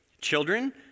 Children